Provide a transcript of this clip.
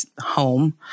home